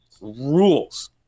rules